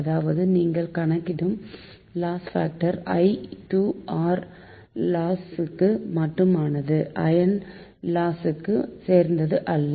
அதாவது நீங்கள் கணக்கிடும் loss factor i2 R loss க்கு மட்டுமானது அயர்ன் லாஸ் ம் சேர்ந்தது அல்ல